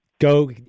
go